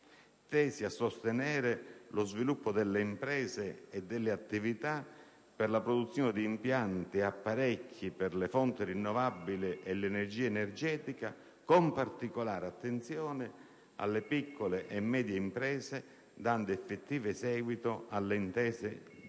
tesi a sostenere lo sviluppo delle imprese e delle attività per la produzione di impianti e apparecchi per le fonti rinnovabili e l'efficienza energetica, con particolare attenzione alle piccole e medie imprese, dando effettivo seguito alle intese già